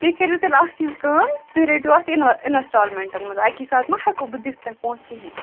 تُہۍ کٔرِو تیٚلہِ اَکھ چیٖز کٲم تُہۍ رٔٹِو اَتھ یِنہ اِنَسٹالمٮ۪نٹَن منٛز اَکی ساتہٕ ما ہٮ۪کو بہٕ دِتھ تۄہہِ پونٛسہٕ کِہیٖنۍ